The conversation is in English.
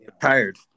Tired